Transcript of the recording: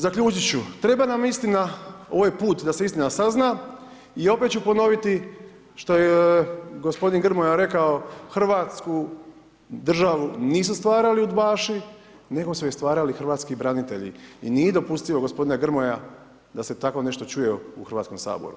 Zaključiti ću, treba nam istina, ovaj put, da se istina sazna i opet ću ponoviti što je gospodin Gromja rekao, Hrvatsku državu nisu stvarali udbaši, nego su ju stvarali hrvatski branitelji i nije dopustivo gospodine Grmoja, da se tako nešto čuje u Hrvatskom saboru.